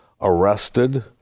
arrested